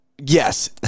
Yes